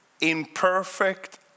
imperfect